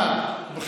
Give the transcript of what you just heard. זה ועדת הכספים.